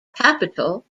capital